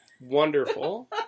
Wonderful